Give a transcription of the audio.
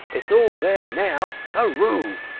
it's all there now hurroo! hurroo!